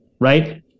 right